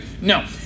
No